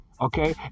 Okay